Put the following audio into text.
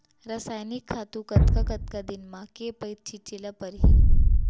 रसायनिक खातू कतका कतका दिन म, के पइत छिंचे ल परहि?